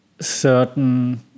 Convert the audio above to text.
certain